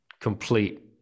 complete